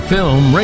Film